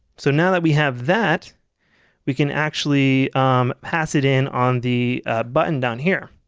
so now that we have that we can actually pass it in on the button down here,